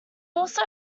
also